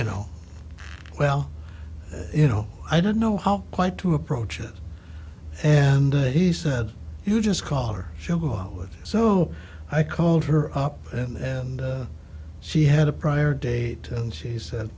you know well you know i don't know how quite to approach it and he said you just call or she'll go out with so i called her up and she had a prior date and she said